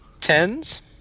Tens